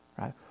right